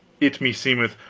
it meseemeth,